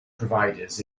providers